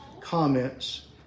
comments